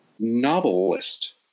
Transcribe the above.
novelist